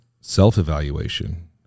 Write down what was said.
self-evaluation